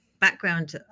background